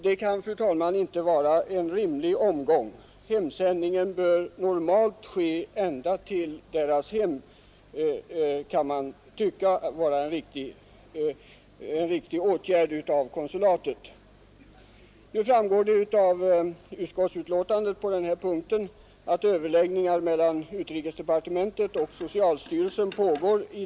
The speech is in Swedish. Detta kan, fru talman, inte vara en rimlig omgång; hemsändningen borde normalt ske ända till vederbörandes hemort. Nu framgår det av utskottets betänkande på den här punkten att överläggningar i frågan pågår mellan utrikesdepartementet och socialstyrelsen.